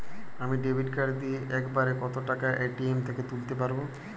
আমি debit card দিয়ে এক বারে কত টাকা এ.টি.এম থেকে তুলতে পারবো?